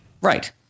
Right